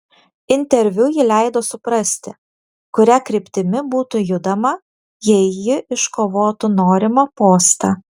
interviu ji leido suprasti kuria kryptimi būtų judama jei ji iškovotų norimą postą